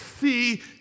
see